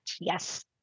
Yes